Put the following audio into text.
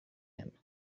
him